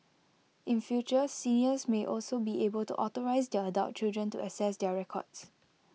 in future seniors may also be able to authorise their adult children to access their records